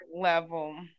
level